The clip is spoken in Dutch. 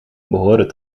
behoren